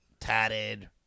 Tatted